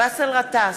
באסל גטאס,